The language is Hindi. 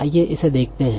आइये इसे देखते है